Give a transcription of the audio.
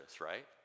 right